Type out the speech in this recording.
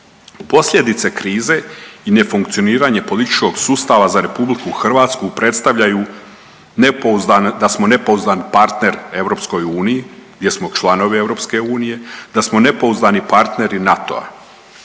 Posljedice krize i nefunkcioniranje političkog sustava za RH predstavljaju nepouzdan, da smo nepouzdan partner EU gdje smo članovi EU, da smo nepouzdani partneri NATO-a.